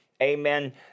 amen